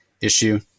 issue